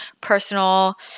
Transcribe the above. personal